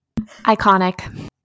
iconic